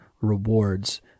rewards